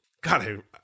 God